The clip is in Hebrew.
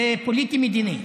זה פוליטי-מדיני.